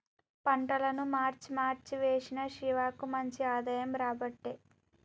పంటలను మార్చి మార్చి వేశిన శివకు మంచి ఆదాయం రాబట్టే